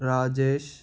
Rajesh